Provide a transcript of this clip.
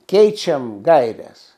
keičiam gaires